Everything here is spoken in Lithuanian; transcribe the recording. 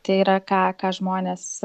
tai yra ką ką žmonės